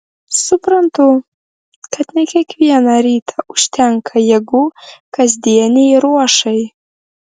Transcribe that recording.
suprantu kad ne kiekvieną rytą užtenka jėgų kasdienei ruošai